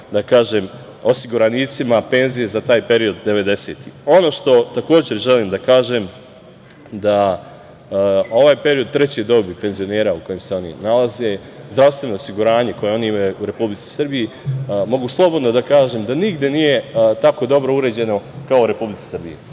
tim osiguranicima penzije za taj period 90-ih. Ono što takođe želim da kažem, da ovaj period trećeg doba penzionera u kojem se oni nalaze, zdravstveno osiguranje koje oni imaju u Republici Srbiji, mogu slobodno da kažem da nigde nije tako dobro uređeno kao u Republici Srbiji.